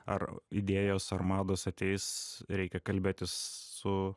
ar idėjos armados ateis reikia kalbėtis su